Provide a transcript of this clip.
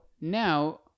now